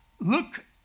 look